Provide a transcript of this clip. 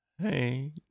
Hey